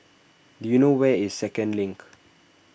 do you know where is Second Link